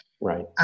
Right